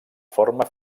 forma